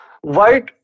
White